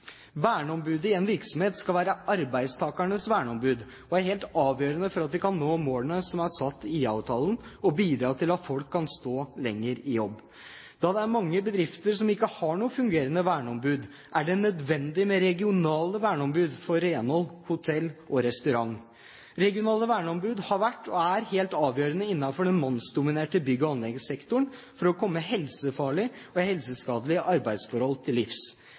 Verneombudet i en virksomhet skal være arbeidstakernes verneombud og er helt avgjørende for at vi kan nå målene som er satt i IA-avtalen, og bidra til at folk kan stå lenger i jobb. Da det er mange bedrifter som ikke har noe fungerende verneombud, er det nødvendig med regionale verneombud innenfor renholds-, hotell- og restaurantbransjen. Regionale verneombud har vært, og er, helt avgjørende innenfor den mannsdominerte bygg- og anleggssektoren for å komme helsefarlige og helseskadelige arbeidsforhold til livs.